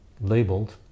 labeled